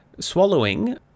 Swallowing